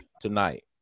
tonight